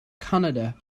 kannada